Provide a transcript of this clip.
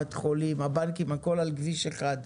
קופת החולים הבנקים הכול על כביש אחד,